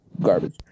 garbage